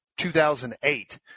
2008